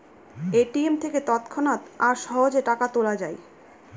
ATM থেকে তৎক্ষণাৎ আর সহজে টাকা তোলা যায়